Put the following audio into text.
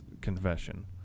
confession